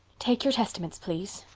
take your testaments, please,